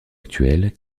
actuels